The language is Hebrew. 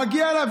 מגיע לה,